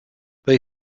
they